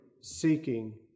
seeking